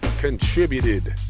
contributed